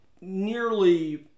nearly